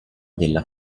della